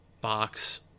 box